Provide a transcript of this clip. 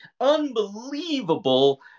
unbelievable